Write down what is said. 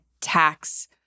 tax